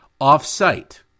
off-site